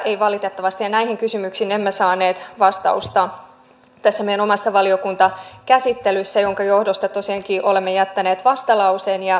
tähän ja näihin kysymyksiin emme valitettavasti saaneet vastausta tässä meidän omassa valiokuntakäsittelyssä minkä johdosta tosiaankin olemme jättäneet vastalauseen ja hylkyesityksen